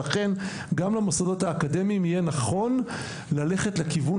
גם למוסדות האקדמיים יהיה נכון ללכת לכיוון